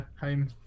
home